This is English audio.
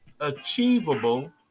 achievable